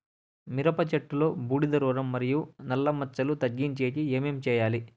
మిరప చెట్టులో బూడిద రోగం మరియు నల్ల మచ్చలు తగ్గించేకి ఏమి చేయాలి?